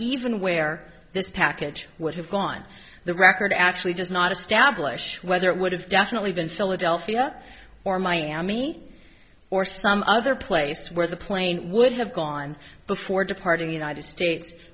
even where this package would have gone the record actually does not establish whether it would have definitely been philadelphia or miami or some other place where the plane would have gone before departing united states